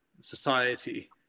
society